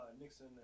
Nixon